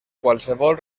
qualsevol